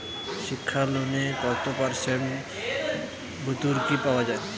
শিক্ষা লোনে কত পার্সেন্ট ভূর্তুকি পাওয়া য়ায়?